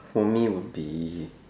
for me would be